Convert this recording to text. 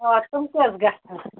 آ تِم کٔہ حظ گژھان